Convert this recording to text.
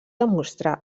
demostrar